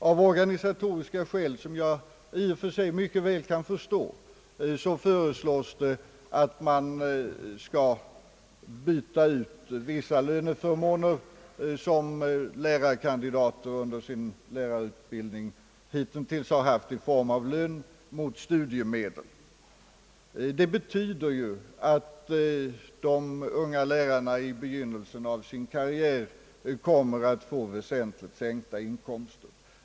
Av organisatoriska skäl, som jag i och för sig mycket väl kan förstå, föreslås att man skall byta ut vissa löneförmåner som lärarkandidater under sin lärarutbildning hitintills haft i form av lön mot studiemedel. Det betyder att de unga lärarna vid begynnelsen av sin karriär kommer att få väsentligt sänkta inkomster.